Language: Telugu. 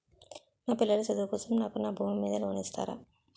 మా పిల్లల చదువు కోసం నాకు నా భూమి మీద లోన్ ఇస్తారా?